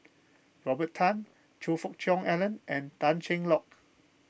Robert Tan Choe Fook Cheong Alan and Tan Cheng Lock